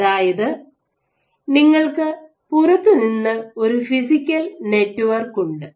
അതായത് നിങ്ങൾക്ക് പുറത്തുനിന്ന് ഒരു ഫിസിക്കൽ നെറ്റ്വർക്ക് ഉണ്ട്